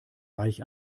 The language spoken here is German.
reich